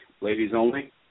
ladies-only